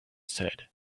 said